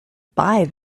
buy